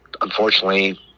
unfortunately